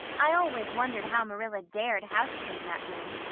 i always wondered how marilla dared houseclean that room.